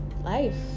life